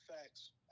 Facts